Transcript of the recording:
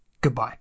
Goodbye